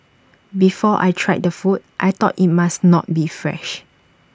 before I tried the food I thought IT must not be fresh